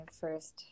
first